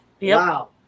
wow